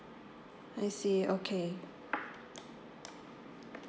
I see okay